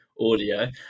audio